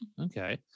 Okay